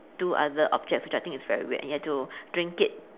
two other objects which I think is very weird and you have to drink it